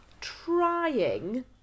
trying